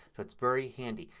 so it's very handy.